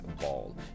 ball